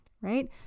right